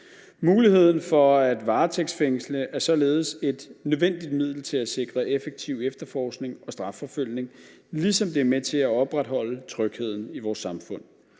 Muligheden for at varetægtsfængsle er således et nødvendigt middel til at sikre effektiv efterforskning og strafforfølgning, ligesom det er med til at opretholde trygheden i vores samfund.